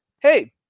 hey